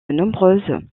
nombreuses